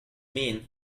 mean